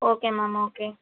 okay ma'am okay